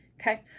okay